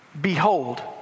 Behold